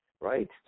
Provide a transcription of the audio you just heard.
right